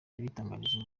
yabidutangarije